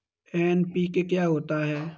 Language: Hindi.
एन.पी.के क्या होता है?